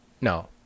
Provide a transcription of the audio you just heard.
No